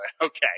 okay